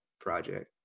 project